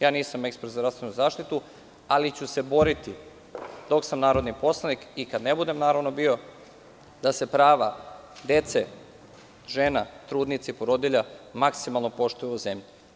Ja nisam ekspert za zdravstvenu zaštitu, ali ću se boriti dok sam narodni poslanik, i kada ne budem, naravno, bio, da se prava dece, žena, trudnica i porodilja maksimalno poštuju u ovoj zemlji.